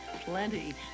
Plenty